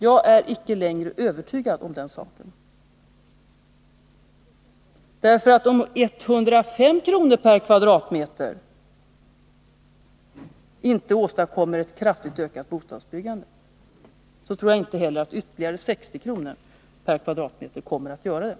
Om en reducering av hyreskostnaderna med 105 kr. per kvadratmeter inte åstadkommer ett kraftigt ökat bostadsbyggande, tror jag inte heller att ytterligare 60 kr. per kvadratmeter kommer att göra det.